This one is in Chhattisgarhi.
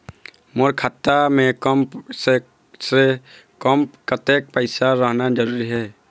मोर खाता मे कम से से कम कतेक पैसा रहना जरूरी हे?